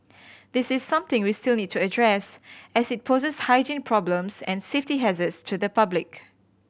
this is something we still need to address as it poses hygiene problems and safety hazards to the public